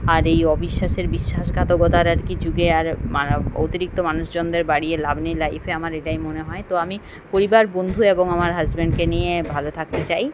আর এই অবিশ্বাসের বিশ্বাসঘাতকতার আর কি যুগে আর মা অতিরিক্ত মানুষজনদের বাড়িয়ে লাভ নেই লাইফে আমার এটাই মনে হয় তো আমি পরিবার বন্ধু এবং আমার হাজব্যান্ডকে নিয়ে ভালো থাকতে চাই